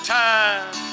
time